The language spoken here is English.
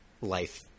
life